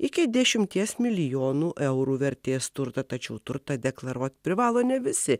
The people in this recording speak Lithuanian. iki dešimties milijonų eurų vertės turtą tačiau turtą deklaruoti privalo ne visi